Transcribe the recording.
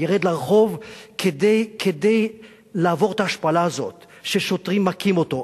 ירד לרחוב כדי לעבור את ההשפלה הזאת ששוטרים מכים אותו.